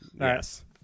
Yes